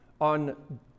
on